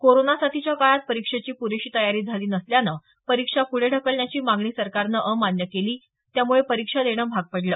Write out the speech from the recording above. corona साथीच्या काळात परीक्षेची पुरेशी तयारी झाली नसल्यानं परीक्षा पुढे ढकलण्याची मागणी सरकारनं अमान्य केली त्यामुळे परीक्षा देणं भाग पडलं